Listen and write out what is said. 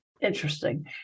Interesting